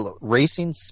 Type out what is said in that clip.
racing